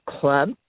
Club